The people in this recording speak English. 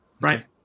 right